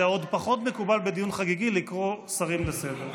זה עוד פחות מקובל בדיון חגיגי לקרוא שרים לסדר.